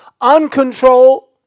Uncontrolled